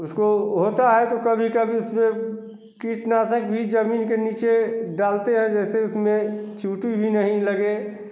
उसको होता है तो कभी कभी उसमें कीटनाशक भी ज़मीन के नीचे डालते हैं जैसे उसमें चींटी भी नहीं लगे